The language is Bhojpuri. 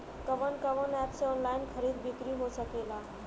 कवन कवन एप से ऑनलाइन खरीद बिक्री हो सकेला?